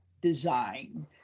design